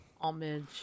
Homage